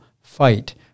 fight